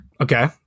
Okay